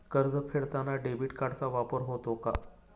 कर्ज फेडताना डेबिट कार्डचा वापर होतो का?